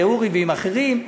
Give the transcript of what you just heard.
עם אורי ועם אחרים,